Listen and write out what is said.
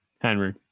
Henry